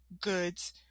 goods